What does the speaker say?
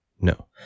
no